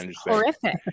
horrific